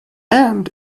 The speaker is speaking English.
end